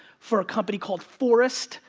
for a company called forrest,